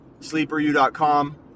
sleeperu.com